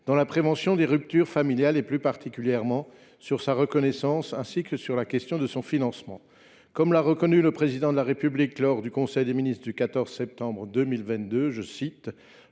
dans la prévention des ruptures familiales, plus particulièrement sur sa reconnaissance, ainsi que sur la question de son financement. Comme l’a reconnu le Président de la République lors du conseil des ministres du 14 septembre 2022, « le